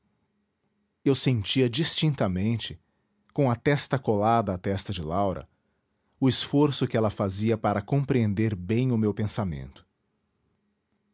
eu sentia distintamente com a testa colada à testa de laura o esforço que ela fazia para compreender bem o meu pensamento